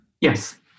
Yes